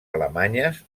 alemanyes